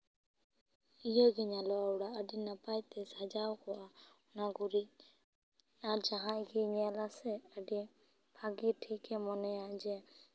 ᱤᱭᱟᱹ ᱜᱮ ᱧᱮᱞᱚᱜᱼᱟ ᱚᱲᱟᱜ ᱟᱹᱰᱤ ᱱᱟᱯᱟᱭ ᱛᱮ ᱥᱟᱡᱟᱣ ᱠᱚᱜᱼᱟ ᱚᱱᱟ ᱜᱩᱨᱤᱡ ᱟᱨ ᱡᱟᱦᱟᱸᱭ ᱜᱮᱭ ᱧᱮᱞᱟ ᱥᱮ ᱟᱹᱰᱤ ᱵᱷᱟᱜᱮ ᱴᱷᱤᱠᱮ ᱢᱚᱱᱮᱭᱟ